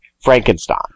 Frankenstein